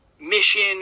mission